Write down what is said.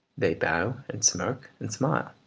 they bow and smirk and smile,